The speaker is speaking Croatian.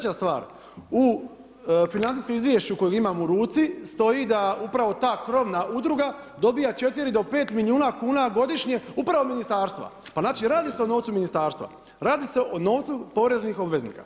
I treća stvar, u financijskom izvješću kojeg imam u ruci stoji da upravo ta krovna udruga dobiva 4-5 milijuna kuna godišnje, upravo iz ministarstva, pa znači radi se o novcu ministarstvu, radi se o novcu poreznih obveznika.